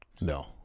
no